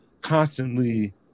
constantly